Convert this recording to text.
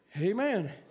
Amen